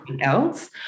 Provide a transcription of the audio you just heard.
else